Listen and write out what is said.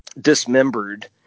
dismembered